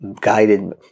guided